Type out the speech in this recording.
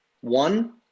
one